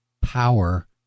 power